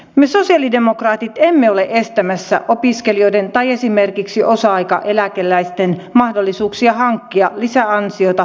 me sosialidemokraatit emme ole estämässä opiskelijoiden tai esimerkiksi osa aikaeläkeläisten mahdollisuuksia hankkia lisäansioita päinvastoin